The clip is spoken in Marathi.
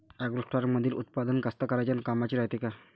ॲग्रोस्टारमंदील उत्पादन कास्तकाराइच्या कामाचे रायते का?